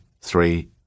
three